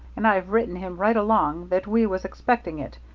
and i've written him right along that we was expecting it,